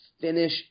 finish